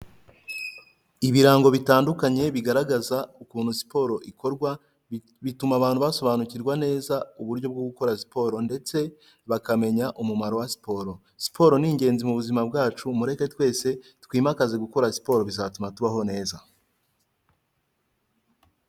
Ibirango bitandukanye bigaragaza ukuntu siporo ikorwa, bituma abantu basobanukirwa neza uburyo bwo gukora siporo, ndetse bakamenya umumaro wa siporo, siporo ni ingenzi mu buzima bwacu mureke twese twimakaze gukora siporo bizatuma tubaho neza.